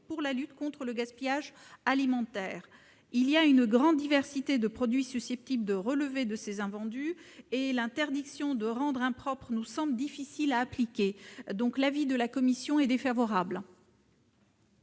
pour la lutte contre le gaspillage alimentaire. Il existe une grande diversité de produits susceptibles de relever de ces invendus et l'interdiction de rendre impropres nous semble difficile à appliquer. L'avis de la commission est donc défavorable.